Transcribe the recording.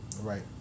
Right